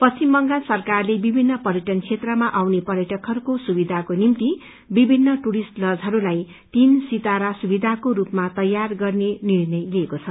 पश्िवम बंगल सरकारले विभिन्न पयर्टन क्षेत्रहरूमा आउने पयर्टकहरूको सुविधाको निम्ति विभिन्न टुरिष्ट लजहरूलाई तीन सितारा सुवधिको रूपमा तैयार गर्ने निर्णय लिएको छ